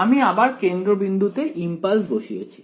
আমি আমার কেন্দ্রবিন্দুতে ইমপালস বসিয়েছি